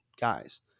guys